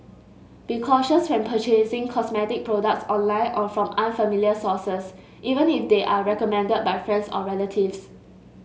be cautious when purchasing cosmetic products online or from unfamiliar sources even if they are recommended by friends or relatives